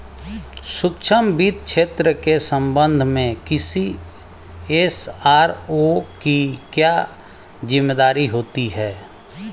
सूक्ष्म वित्त क्षेत्र के संबंध में किसी एस.आर.ओ की क्या जिम्मेदारी होती है?